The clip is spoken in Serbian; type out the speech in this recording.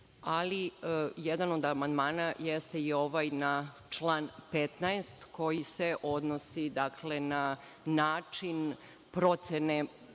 35.Jedan od amandmana jeste i ovaj na član 15. koji se odnosi na način procene